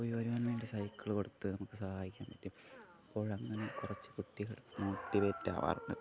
പോയി വരുവാൻ വേണ്ടി സൈക്കിൾ കൊടുത്ത് നമുക്ക് സഹായിക്കാൻ പറ്റും അപ്പോൾ അങ്ങനെ കുറച്ച് കുട്ടികൾ മോട്ടിവേറ്റ് ആവാറുണ്ട്